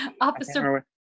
Officer